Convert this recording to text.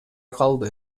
калды